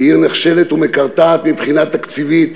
מעיר נכשלת ומקרטעת מבחינה תקציבית